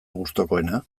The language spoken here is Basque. gustukoena